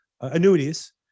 annuities